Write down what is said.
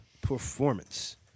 performance